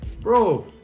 Bro